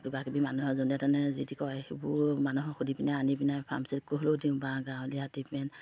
কিবাকিবি মানুহে যোনে তোনে যি টি কয় সেইবোৰ মানুহক সুধি পিনে আনি পিনে ফাৰ্মাচীত গৈ হ'লেও দিওঁ বা গাঁৱলীয়া ট্ৰিটমেণ্ট